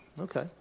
okay